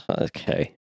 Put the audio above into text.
okay